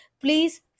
please